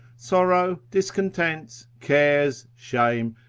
sorrow, discontents, cares, shame,